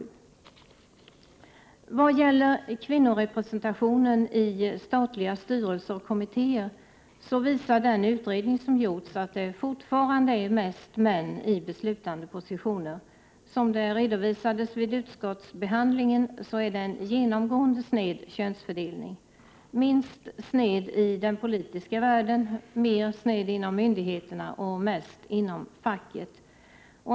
Vad sedan gäller kvinnorepresentationen i statliga styrelser och kommitté er visar den utredning som gjorts att det fortfarande är mest män i beslutande positioner, vilket redovisades vid utskottsbehandlingen. Könsfördelningen är genomgående sned. Den är minst sned i den politiska världen, mera sned inom myndigheterna och mest sned inom facket.